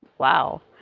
wow.